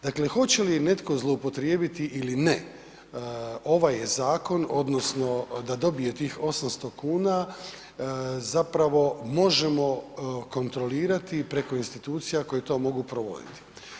Dakle, hoće li netko zloupotrijebiti ili ne ovaj zakon odnosno da dobije tih 800 kuna zapravo možemo kontrolirati preko institucija koje to mogu provoditi.